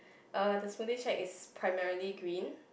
uh the smoothie shack is primarily green